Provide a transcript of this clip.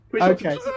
Okay